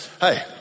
Hey